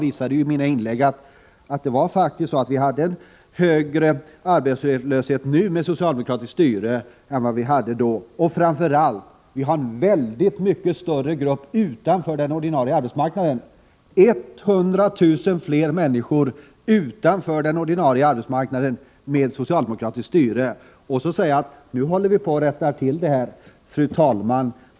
I mina inlägg har jag påvisat att arbetslösheten under socialdemokratiskt styre är högre än den var då. Framför allt står i dag en mycket större grupp utanför den ordinarie arbetsmarknaden, nämligen 100 000 fler människor. Anna-Greta Leijon påstår att man håller på att rätta till förhållandena.